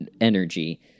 energy